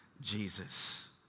Jesus